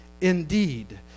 indeed